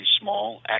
small